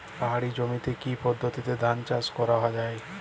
পাহাড়ী জমিতে কি পদ্ধতিতে ধান চাষ করা যায়?